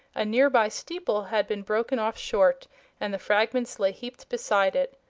a nearby steeple had been broken off short and the fragments lay heaped beside it.